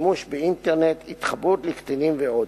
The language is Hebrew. שימוש באינטרנט, התחברות לקטינים ועוד.